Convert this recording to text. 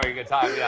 good time. yeah